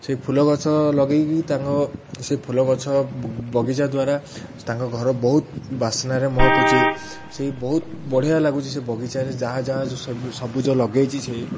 ସେଇ ଫୁଲ ଗଛ ଲଗେଇକି ତାଙ୍କ ସେ ଫୁଲ ଗଛ ବଗିଚା ଦ୍ୱାରା ତାଙ୍କ ଘର ବହୁତ ବାସ୍ନାରେ ମହକୁଛି ସେଇ ବହୁତ ବଢ଼ିଆ ଲାଗୁଛି ସେ ବଗିଚାରେ ଯାହା ଯାହା ସବୁଜ ଲଗେଇଛି ସେଇ